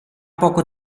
poco